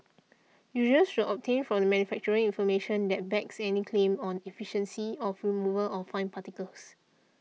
users should obtain from the manufacturer information that backs any claim on efficiency of removal of fine particles